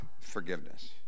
forgiveness